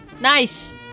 Nice